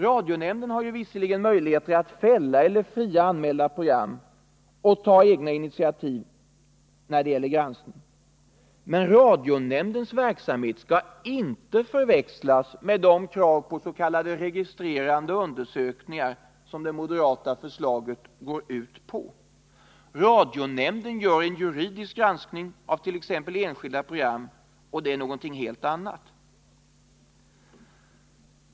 Radionämnden har visserligen möjligheter att fälla eller fria anmälda program och att ta egna initiativ när det gäller granskning, men radionämndens verksamhet skall inte förväxlas med de krav på s.k. registrerande undersökningar som det moderata förslaget går ut på. Radionämnden gör en juridisk granskning av t.ex. enskilda program — och det är någonting helt annat.